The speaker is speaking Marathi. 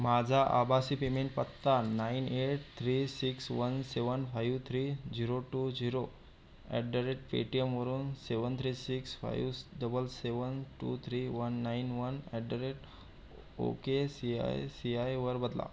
माझा आभासी पेमेंट पत्ता nine eight three six one seven five three zero two zero at the rate पेटीयमवरून seven three six fives double seven two three one nine one at the rate O K C I C आयवर बदला